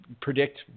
predict